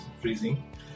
freezing